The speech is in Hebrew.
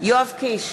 יואב קיש,